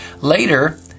later